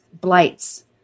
blights